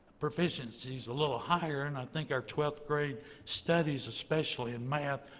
proficiency's a little higher, and i think our twelfth grade studies, especially in math,